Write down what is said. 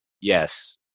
yes